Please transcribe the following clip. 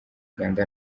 uganda